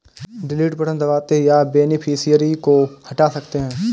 delete button दबाते ही आप बेनिफिशियरी को हटा सकते है